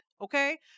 Okay